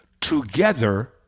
together